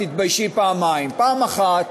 תתביישי פעמיים: פעם אחת,